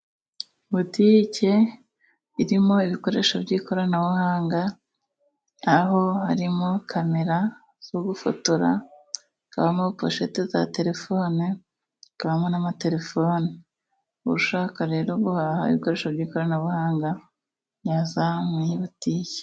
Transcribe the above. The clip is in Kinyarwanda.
Butike irimo ibikoresho by'ikoranabuhanga, aho harimo kamera zo gufotora, habamo poshete za telefone, ikabamo n'amatelefoni. Ushaka rero guhaha ibikoresho by'ikoranabuhanga, yaza muri iyi butike.